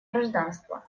гражданство